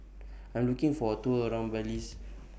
I'm looking For A Tour around Belize